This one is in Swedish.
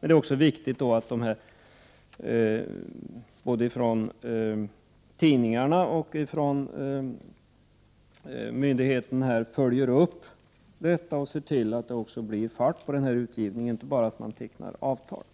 Men det är också viktigt att man både från tidningarna och från myndigheterna följer upp detta och ser till att det blir fart på denna utgivning och att man inte bara tecknar avtal.